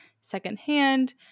secondhand